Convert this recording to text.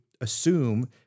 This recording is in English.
assume